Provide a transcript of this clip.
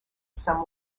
some